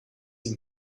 ihm